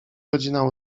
godzina